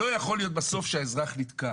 לא יכול להיות בסוף שהאזרח נתקע.